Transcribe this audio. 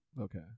Okay